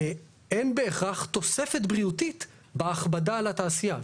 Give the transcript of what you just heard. אין בהכרח תוספת בריאותית בהכבדה על התעשייה.